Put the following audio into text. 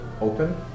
open